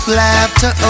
laughter